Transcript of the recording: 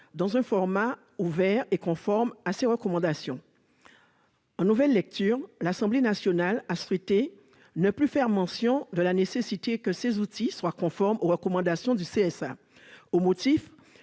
dans un format ouvert et conforme à ses recommandations. En nouvelle lecture, l'Assemblée nationale a souhaité ne plus mentionner la nécessité que ces outils soient conformes aux recommandations du CSA, au motif